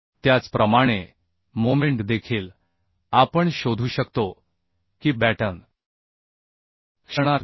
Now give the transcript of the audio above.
त्याचप्रमाणे मोमेंट देखील आपण शोधू शकतो की बॅटन मोमेन्ट Vc